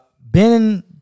Ben